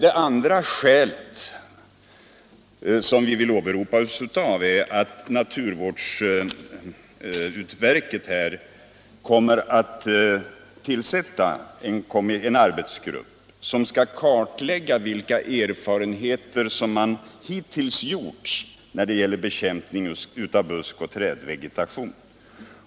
Ett annat skäl som vi vill åberopa är att naturvårdsverket kommer att tillsätta en arbetsgrupp som skall kartlägga de erfarenheter som hittills gjorts när det gäller bekämpning av buskoch trädvegetation.